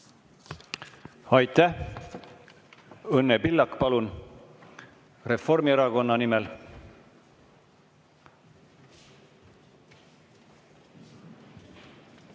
Aitäh! Õnne Pillak, palun! Reformierakonna nimel.